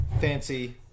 fancy